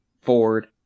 Ford